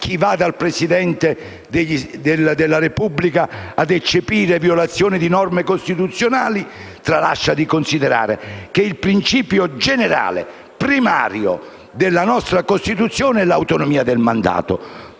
chi va dal Presidente della Repubblica ad eccepire violazioni di norme costituzionali tralasciando di considerare che il principio generale primario della nostra Costituzione è l'autonomia del mandato